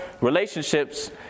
relationships